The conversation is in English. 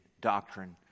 doctrine